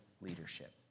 leadership